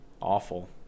awful